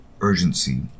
urgency